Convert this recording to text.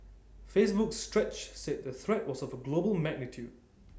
Facebook's stretch said the threat was of A global magnitude